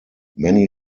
many